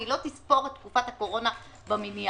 ולא תספור את תקופת הקורונה במניין,